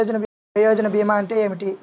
ప్రయోజన భీమా అంటే ఏమిటి?